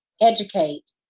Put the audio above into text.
educate